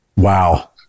Wow